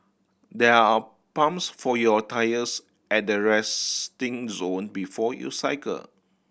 there are pumps for your tyres at the resting zone before you cycle